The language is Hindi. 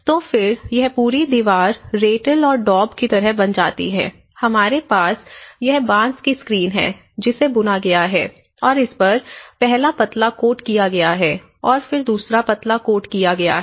तो फिर यह पूरी दीवार रेटल और डॉब की तरह बन जाती है हमारे पास यह बांस की स्क्रीन है जिसे बुना गया है और इस पर पहला पतला कोट किया गया है और फिर दूसरा पतला कोट किया गया है